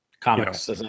comics